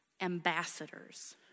ambassadors